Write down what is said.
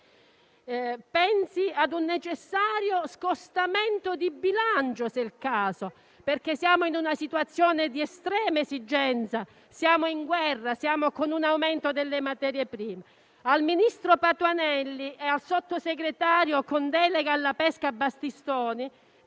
Pensi ad un necessario scostamento di bilancio se è il caso, perché siamo in una situazione estrema, siamo in guerra, in un momento in cui aumenta il prezzo delle materie prime. Al ministro Patuanelli e al sottosegretario con delega alla pesca Battistoni